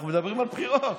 אנחנו מדברים על בחירות.